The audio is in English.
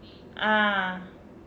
ah